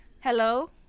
Hello